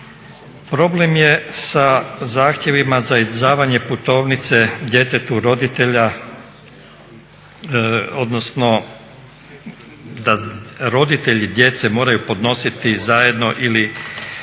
problem je sa zahtjevima za izdavanje putovnice djetetu roditelja, odnosno da roditelji djece moraju podnositi zajedno ili